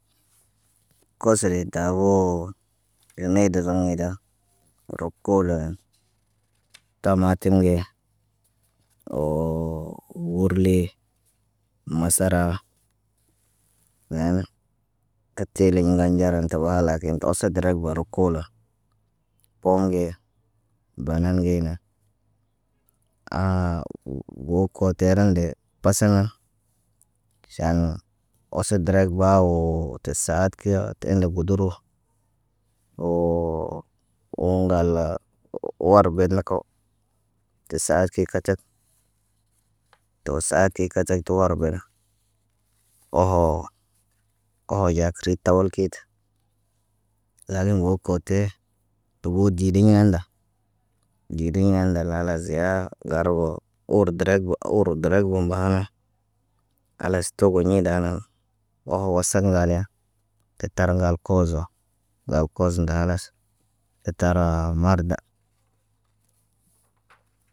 Kose taboo nedezəŋg woy da rok- koolo. Tamatim ge, woo wirli, masara, neen, ka tiiliɲ ŋgal nɟaran tə ɓaa lakin kə osok derek baru koolo. Pom ge, banan ge nan, go koteran nde pasa nan. Ʃaan ose direk ɓaawoo ti saat kiɲa ti indi gudurwo. Woo, wo ŋgal warabet na ko tə sa- at ki kacak. To sa- at ki kacak tə warbana. Oho, oho ɟaakərit tawal kiit. Lal ŋgoo kote, tu buu ɟidi neenda. ɟidi ɲel nda lala ziya, ŋgar boo. Ur direk ba, ur direk ba mbahane. Khalas togo ɲi daanan, wah wosak ŋgal ya. Kə tar ŋgal koozo, ŋgal koozo nda khalas, kə tara marda.